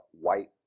white